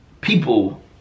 People